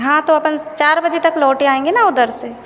हाँ तो अपन चार बजे तक लौट आएँगे ना उधर से